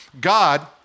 God